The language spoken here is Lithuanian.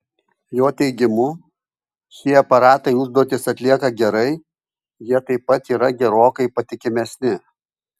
jo teigimu šie aparatai užduotis atlieka gerai jie taip pat yra gerokai patikimesni